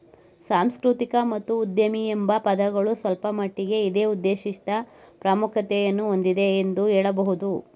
ಸಾಂಸ್ಕೃತಿಕ ಮತ್ತು ಉದ್ಯಮಿ ಎಂಬ ಪದಗಳು ಸ್ವಲ್ಪಮಟ್ಟಿಗೆ ಇದೇ ಉದ್ದೇಶಿತ ಪ್ರಾಮುಖ್ಯತೆಯನ್ನು ಹೊಂದಿದೆ ಎಂದು ಹೇಳಬಹುದು